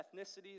ethnicities